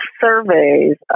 surveys